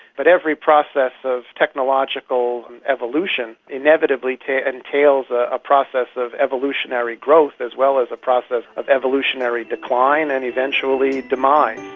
but every process of technological evolution inevitably entails ah a process of evolutionary growth as well as a process of evolutionary decline and eventually demise.